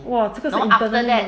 !wow! 这个是